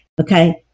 Okay